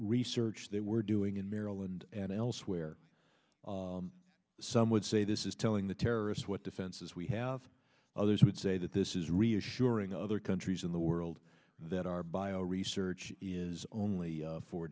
research they were doing in maryland and elsewhere some would say this is telling the terrorists what defenses we have others would say that this is reassuring other countries in the world that are bio research is only